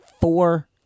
four